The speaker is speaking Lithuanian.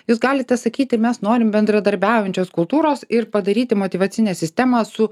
jūs galite sakyti mes norim bendradarbiaujančios kultūros ir padaryti motyvacinę sistemą su